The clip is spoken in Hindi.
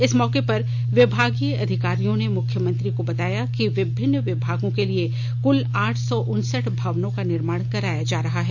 इस मौके पर विभागीय अधिकारियों ने मुख्यमंत्री को बताया कि विभिन्न विभागों के लिए कुल आठ सौ उनसठ भवनों का निर्माण कराया जा रहा है